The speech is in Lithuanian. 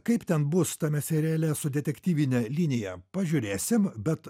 kaip ten bus tame seriale su detektyvine linija pažiūrėsim bet